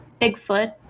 Bigfoot